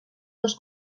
dos